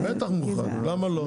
בטח מוחרג, למה לא?